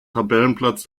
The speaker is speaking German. tabellenplatz